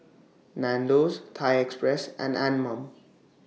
Nandos Thai Express and Anmum